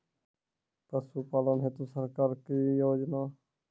पशुपालन हेतु सरकार की योजना?